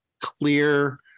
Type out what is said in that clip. clear